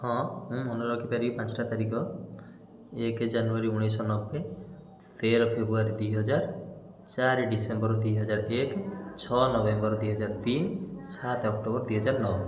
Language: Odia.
ହଁ ମୁଁ ମାନେ ରଖିପାରିବି ପାଞ୍ଚଟା ତାରିଖ ଏକ ଜାନୁଆରୀ ଉଣେଇଶହ ନବେ ତେର ଫେବୃଆରୀ ଦୁଇହଜାର ଚାରି ଡିସେମ୍ବର ଦୁଇହଜାର ଏକ ଛଅ ନଭେମ୍ବର ଦୁଇହଜାର ତିନି ସାତ ଅକ୍ଟୋବର ଦୁଇହଜାର ନଅ